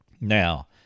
Now